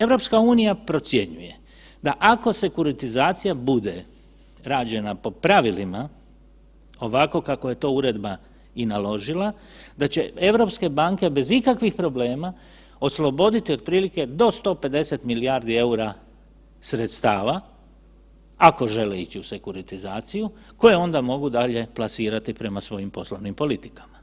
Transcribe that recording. EU procjenjuje da ako sekuritizacija bude rađena po pravilima ovako kako je to Uredba i naložila, da će europske banke bez ikakvih problema osloboditi otprilike do 150 milijardi eura sredstava, ako žele ići u sekuritizaciju, koju onda mogu dalje plasirati prema svojim poslovnim politikama.